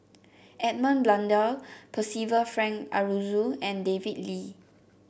Edmund Blundell Percival Frank Aroozoo and David Lee